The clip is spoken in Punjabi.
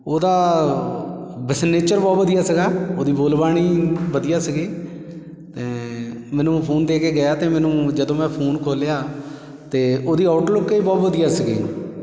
ਉਹਦਾ ਬਸ ਨੇਚਰ ਬਹੁਤ ਵਧੀਆ ਸੀਗਾ ਉਹਦੀ ਬੋਲਬਾਣੀ ਵਧੀਆ ਸੀਗੀ ਮੈਨੂੰ ਉਹ ਫ਼ੋਨ ਦੇ ਕੇ ਗਿਆ ਅਤੇ ਮੈਨੂੰ ਜਦੋਂ ਮੈਂ ਫ਼ੋਨ ਖੋਲ੍ਹਿਆ ਤਾਂ ਉਹਦੀ ਆਊਟਲੁੱਕ ਏ ਬਹੁਤ ਵਧੀਆ ਸੀਗੀ